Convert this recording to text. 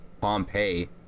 Pompeii